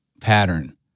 pattern